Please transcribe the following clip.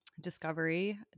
discovery